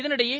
இதனிடையே